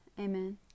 Amen